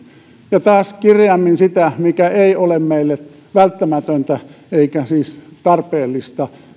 ja taas kireämmin sitä mikä ei ole meille välttämätöntä eikä siis tarpeellista